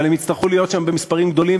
אבל הם יצטרכו להיות שם במספרים גדולים,